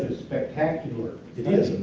spectacular